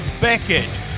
Beckett